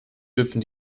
dürfen